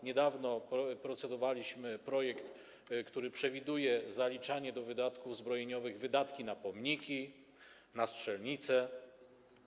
Niedawno procedowaliśmy nad projektem, który przewiduje zaliczanie do wydatków zbrojeniowych wydatków na pomniki, na strzelnice.